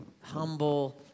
humble